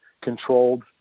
controlled